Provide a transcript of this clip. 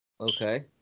Okay